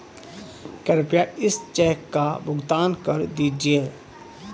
कृपया इस चेक का भुगतान कर दीजिए